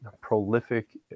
prolific